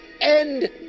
end